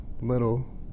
little